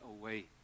away